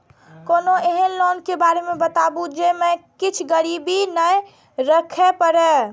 कोनो एहन लोन के बारे मे बताबु जे मे किछ गीरबी नय राखे परे?